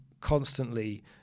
constantly